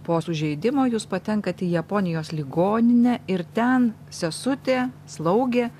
po sužeidimo jūs patenkat į japonijos ligoninę ir ten sesutė slaugė